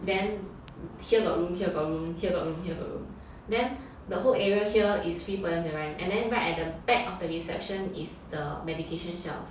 then here got room here got room here got room here got room then the whole area here is free for them to run and then [right] at the back of the reception is the medication shelf